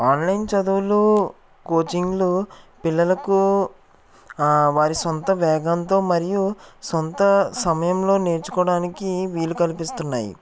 online చదువులు కోచింగ్లు పిల్లలకు ఆ వారి సొంత వేగంతో మరియు సొంత సమయంలో నేర్చుకోవడానికి వీలు కలుపిస్తున్నాయి